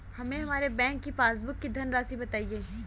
हमें हमारे बैंक की पासबुक की धन राशि बताइए